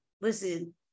Listen